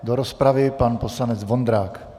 Do rozpravy pan poslanec Vondrák.